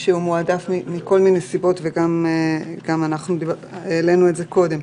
גם אנחנו העלינו קודם,